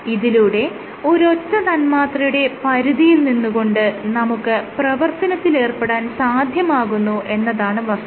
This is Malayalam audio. ഇതിലൂടെ ഒരൊറ്റ തന്മാത്രയുടെ പരിധിയിൽ നിന്നുകൊണ്ട് നമുക്ക് പ്രവർത്തനത്തിലേർപ്പെടാൻ സാധ്യമാകുന്നു എന്നതാണ് വസ്തുത